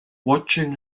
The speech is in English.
watching